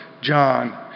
John